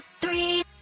three